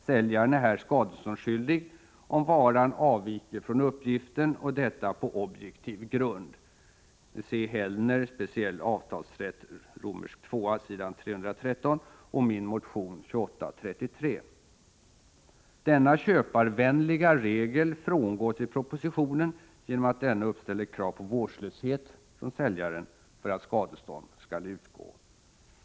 Säljaren är här skadeståndsskyldig om varan avviker från uppgiften och detta på objektiv grund — se Hellner, Speciell avtalsrätt II s. 313 och min motion 2833. Denna köparvänliga regel frångås i propositionen genom att regeringen uppställer krav på vårdslöshet från säljaren för att skadestånd skall utgå.